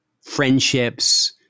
friendships